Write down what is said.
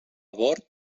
bord